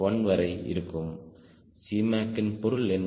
1 வரை இருக்கும் Cmacன்பொருள் என்ன